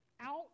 out